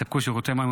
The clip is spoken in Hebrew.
התשפ"ה 2025,